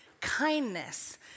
kindness